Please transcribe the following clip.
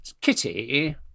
Kitty